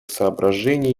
соображений